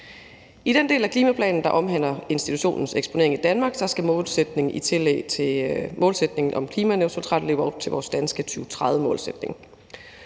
I den del af klimaplanen, der omhandler institutionens eksponering i Danmark, skal målsætningen om klimaneutralitet leve op til vores danske 2030-målsætning.